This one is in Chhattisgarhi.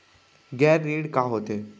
गैर ऋण का होथे?